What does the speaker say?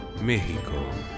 Mexico